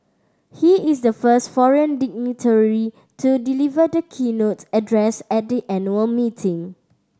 he is the first foreign dignitary to deliver the keynote address at the annual meeting